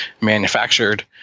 manufactured